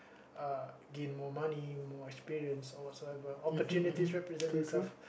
uh gain more money more experience or whatsoever opportunity represents itself